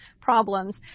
problems